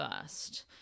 first